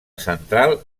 central